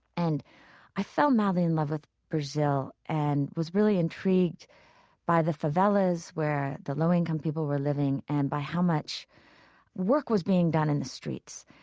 and i fell madly in love with brazil and was really intrigued by the favelas, where the low-income people were living and by how much work was being done in the streets.